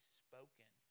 spoken